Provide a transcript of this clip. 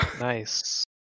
Nice